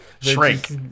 Shrink